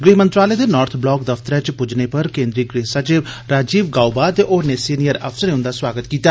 गृह मंत्रालय दे नार्थ ब्लाक दफतरै च पुज्जने पर केंद्री गृहसचिव राजीव गाउबा ते होरने सीनियर अफसरें उन्दा स्वागत कीता